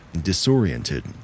disoriented